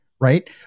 right